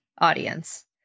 audience